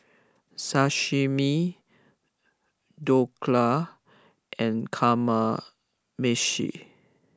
Sashimi Dhokla and Kamameshi